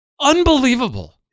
unbelievable